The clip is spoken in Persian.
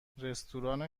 رستوران